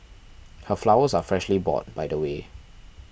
her flowers are freshly bought by the way